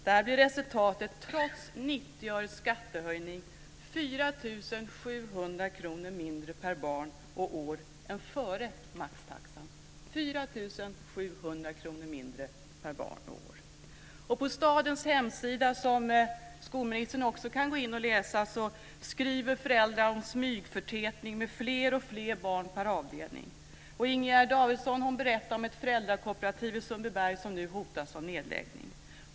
Där blir resultatet, trots 90 På stadens hemsida - som skolministern också kan gå in på och läsa - skriver föräldrar om "smygförtätning" med fler och fler barn per avdelning. Inger Davidson berättar om ett föräldrakooperativ i Sundbyberg som nu hotas av nedläggning.